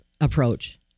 approach